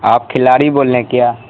آپ کھلاڑی بول رہے ہیں کیا